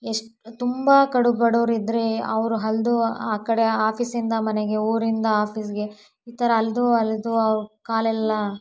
ಎಷ್ಟು ತುಂಬ ಕಡು ಬಡವರು ಇದ್ದರೆ ಅವರು ಅಲ್ದು ಆ ಕಡೆ ಆಫೀಸಿಂದ ಮನೆಗೆ ಊರಿಂದ ಆಫೀಸ್ಗೆ ಈ ಥರ ಅಲೆದು ಅಲೆದು ಅವ್ರ ಕಾಲೆಲ್ಲ